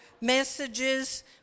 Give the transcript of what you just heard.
messages